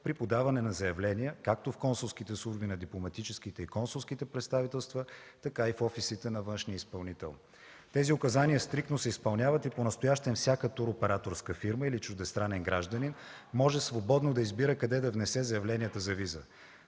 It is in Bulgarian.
при подаване на заявления както в консулските служби на дипломатическите и консулските представителства, така и в офисите на външния изпълнител. Тези указания стриктно се изпълняват и понастоящем всяка туроператорска фирма или чуждестранен гражданин може свободно да избира къде да внесе заявленията за виза